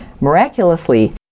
miraculously